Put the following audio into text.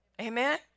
Amen